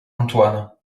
antoine